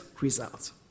results